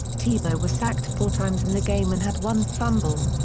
tebow was sacked four times in the game and had one fumble.